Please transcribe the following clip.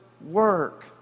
work